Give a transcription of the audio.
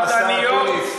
המדעניות,